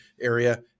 area